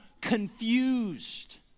confused